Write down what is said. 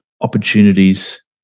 opportunities